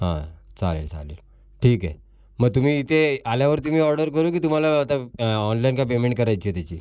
हां चालेल चालेल ठीक आहे मग तुम्ही इथे आल्यावरती मी ऑर्डर करू की तुम्हाला आता ऑनलाईन काय पेमेंट करायची आहे त्याची